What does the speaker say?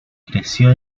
creció